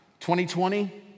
2020